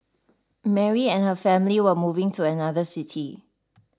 Mary and her family were moving to another city